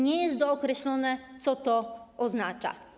Nie jest dookreślone, co to oznacza.